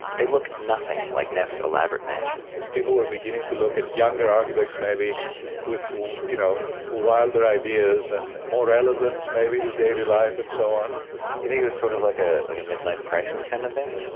they looked nothing like neff's elaborate mansions people were beginning to look at younger architects. maybe with you know wilder ideas and more relevance maybe to daily life and so on you think it was sort of like ah like a mid-life crisis kind of thing?